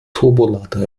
turbolader